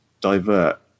divert